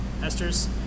esters